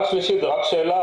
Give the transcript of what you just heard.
הערה שלישית היא רק שאלה.